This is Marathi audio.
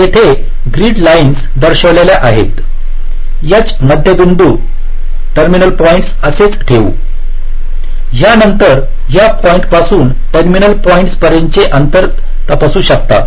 तर येथे ग्रीड लाईन्स दर्शविल्या आहेत H मध्यबिंदू टर्मिनल पॉईंट्स असेच ठेवू या नंतर या पॉईंट् पासून टर्मिनल पॉईंट्स पर्यंतचे अंतर तपासू शकता